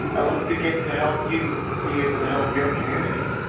and let's begin to help you be able to help your community.